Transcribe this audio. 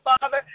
Father